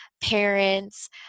parents